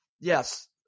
yes